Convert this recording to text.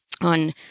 On